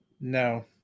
No